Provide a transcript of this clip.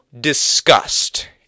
disgust